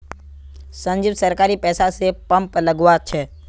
संजीव सरकारी पैसा स पंप लगवा छ